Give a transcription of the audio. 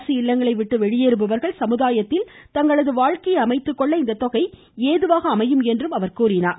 அரசு இல்லங்களை விட்டு வெளியேறுபவர்கள் சமூதாயத்தில் தங்களது வாழ்க்கையை அமைத்துக்கொள்ள இத்தொகை ஏதுவாக அமையும் என்றும் கூறினார்